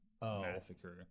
massacre